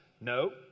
No